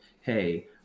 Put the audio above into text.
hey